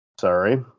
sorry